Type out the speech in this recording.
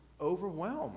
overwhelmed